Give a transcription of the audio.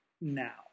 now